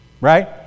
Right